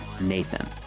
Nathan